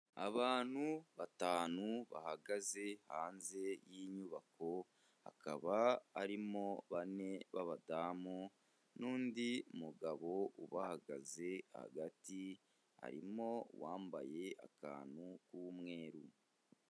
Abantu batanu bahagaze hanze y'inyubako, hakaba harimo bane b'abadamu n'undi mugabo ubahagaze hagati, harimo uwambaye akantu k'umweru.